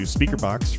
Speakerbox